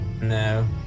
No